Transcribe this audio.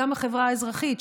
והחברה האזרחית,